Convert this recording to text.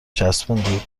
چسبوندید